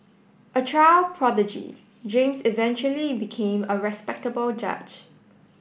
a child prodigy James eventually became a respectable judge